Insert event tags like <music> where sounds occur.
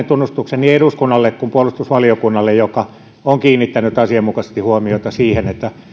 <unintelligible> tunnustuksen niin eduskunnalle kuin puolustusvaliokunnalle joka on kiinnittänyt asianmukaisesti huomiota siihen että